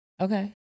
Okay